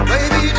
Baby